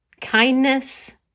kindness